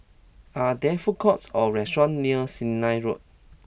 are there food courts or restaurants near Sennett Road